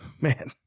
Man